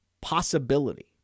possibility